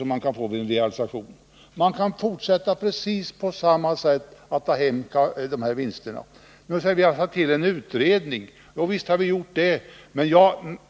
Sådana vinster kan fortfarande tas hem på precis samma sätt som tidigare. Nu hänvisas det till att vi har tillsatt en utredning. Jovisst,